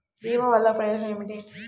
భీమ వల్లన ప్రయోజనం ఏమిటి?